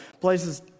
places